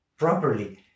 Properly